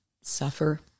suffer